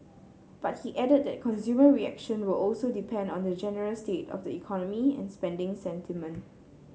but he added that consumer reaction will also depend on the general state of the economy and spending sentiment